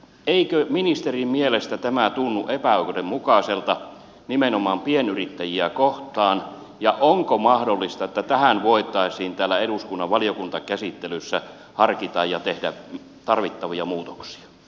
eikö ministerin mielestä tä mä tunnu epäoikeudenmukaiselta nimenomaan pienyrittäjiä kohtaan ja onko mahdollista että tähän voitaisiin täällä eduskunnan valiokuntakäsittelyssä harkita ja tehdä tarvittavia muutoksia